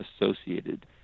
associated